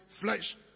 flesh